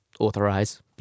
Authorize